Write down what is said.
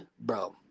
Bro